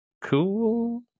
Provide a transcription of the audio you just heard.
cool